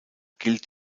gilt